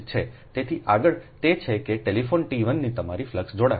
તેથી આગળ તે છે કે ટેલિફોન t 1 ની તમારી ફ્લક્સ જોડાણ